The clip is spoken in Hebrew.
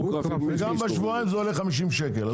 וגם בשבועיים זה עולה 50 שקל.